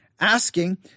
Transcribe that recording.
asking